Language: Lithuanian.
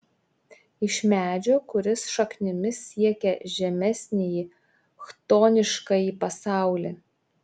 iš medžio kuris šaknimis siekia žemesnįjį chtoniškąjį pasaulį